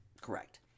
correct